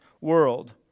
world